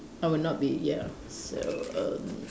I would not be ya so erm